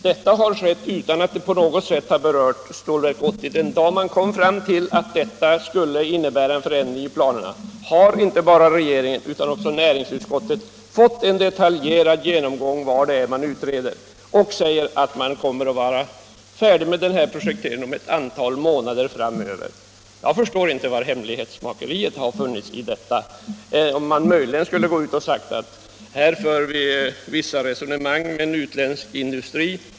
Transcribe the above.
Detta har skett utan att det på något sätt berört Stålverk 80. Den dag man kom fram till att det här skulle innebära en förändring i planerna har inte bara regeringen utan också näringsutskottet fått en detaljerad genomgång av vad det är man utreder, och besked har lämnats att man kommer att vara färdig med projekteringen om ett antal månader. Jag förstår inte var hemlighetsmakeriet skulle ha funnits. Skulle man möjligen ha gått ut och sagt att här för vi vissa resonemang med en utländsk industri?